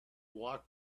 walk